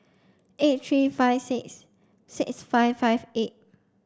eight three five six six five five eight